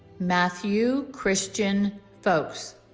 matthew christian fowkes